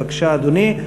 בבקשה, אדוני.